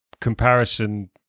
comparison